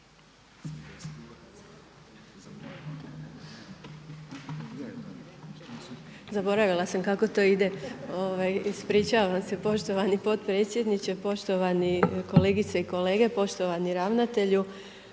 Zaboravila sam kako to ide, ispričavam se poštovani potpredsjedniče, poštovani kolegice i kolege, poštovani ravnatelju